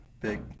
big